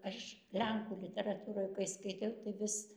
aš lenkų literatūroj kai skaitiau tai vis